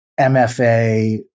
MFA